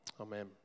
Amen